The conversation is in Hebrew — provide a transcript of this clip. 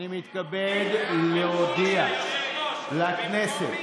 מתכוון היום לדבר במתינות,